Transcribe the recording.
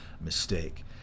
mistake